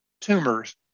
tumors